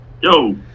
Yo